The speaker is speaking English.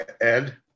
Ed